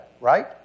right